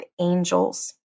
angels